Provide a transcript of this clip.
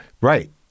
Right